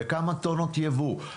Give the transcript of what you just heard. בכמה טונות יבוא,